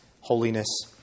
holiness